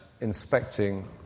inspecting